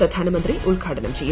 പ്രധാനമന്ത്രി ഉദ്ഘാടനം ചെയ്യും